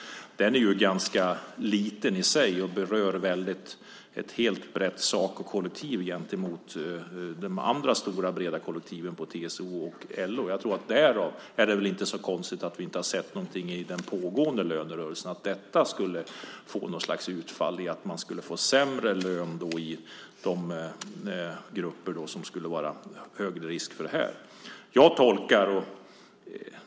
Den är ju ganska liten i sig och berör ett helt, brett Sacokollektiv gentemot de andra stora, breda kollektiven inom TCO och LO. Därför är det inte så konstigt att vi inte har sett någonting i den pågående lönerörelsen som visar att detta skulle få något slags utfall i form av sämre löner för de grupper som skulle löpa högre risk för detta.